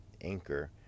Anchor